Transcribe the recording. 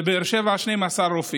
בבאר שבע 12 רופאים,